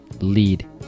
lead